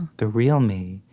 the real me.